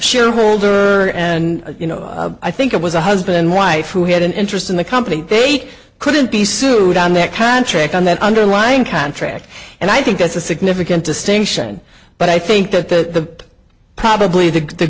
shareholder and you know i think it was a husband and wife who had an interest in the company they couldn't be sued on their contract on that underlying contract and i think that's a significant distinction but i think the probably the the